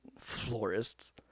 Florists